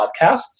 podcasts